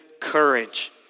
courage